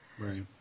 Right